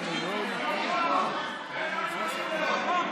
מלכה סטרוק,